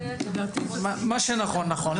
מה שנכון, נכון.